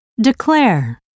declare